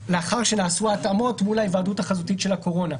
לאחר שנעשו התאמות מול ההיוועדות החזותית של הקורונה.